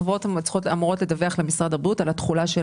החברות אמורות לדווח למשרד הבריאות על התכולה של